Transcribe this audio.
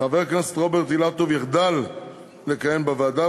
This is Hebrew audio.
חבר הכנסת רוברט אילטוב יחדל לכהן בוועדה,